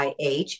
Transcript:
IH